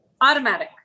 automatic